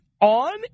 on